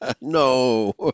No